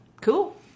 Cool